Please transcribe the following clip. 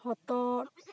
ᱦᱚᱛᱚᱫ